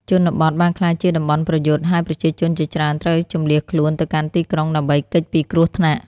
ជនបទបានក្លាយជាតំបន់ប្រយុទ្ធ ហើយប្រជាជនជាច្រើនត្រូវជម្លៀសខ្លួនទៅកាន់ទីក្រុងដើម្បីគេចពីគ្រោះថ្នាក់។